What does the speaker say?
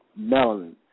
Melanin